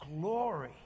glory